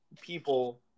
people